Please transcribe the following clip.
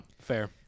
fair